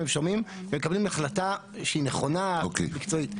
הם שומעים ומקבלים החלטה שהיא נכונה מקצועית.